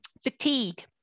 fatigue